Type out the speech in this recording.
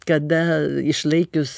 kada išlaikius